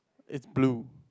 is blue